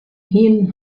hiene